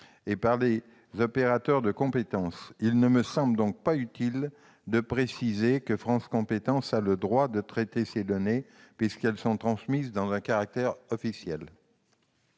et par les opérateurs de compétences. Il ne me semble donc pas utile de préciser que France compétences a le droit de traiter ces données transmises dans un cadre officiel.